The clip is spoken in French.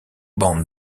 bande